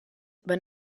van